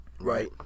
right